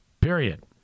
period